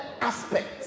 aspects